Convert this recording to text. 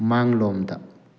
ꯃꯥꯡꯂꯣꯝꯗ